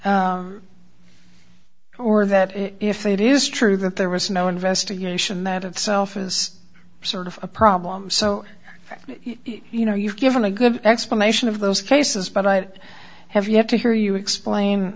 fault or that if it is true that there was no investigation that itself is sort of a problem so you know you've given a good explanation of those cases but have you have to hear you explain